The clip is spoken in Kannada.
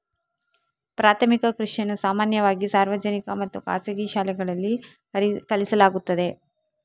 ಪ್ರಾಥಮಿಕ ಕೃಷಿಯನ್ನು ಸಾಮಾನ್ಯವಾಗಿ ಸಾರ್ವಜನಿಕ ಮತ್ತು ಖಾಸಗಿ ಶಾಲೆಗಳಲ್ಲಿ ಕಲಿಸಲಾಗುತ್ತದೆ